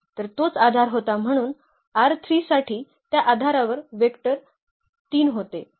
तर तोच आधार होता म्हणून साठी त्या आधारावर वेक्टर 3 होते